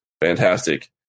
fantastic